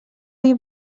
you